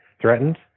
threatened